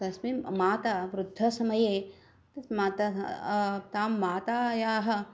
तस्मिन् माता वृद्धसमये तद् माता तां मातायाः